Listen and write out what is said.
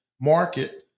market